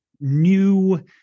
new